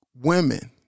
women